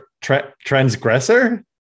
transgressor